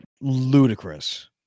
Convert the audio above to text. ludicrous